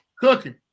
cooking